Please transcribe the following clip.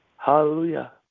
Hallelujah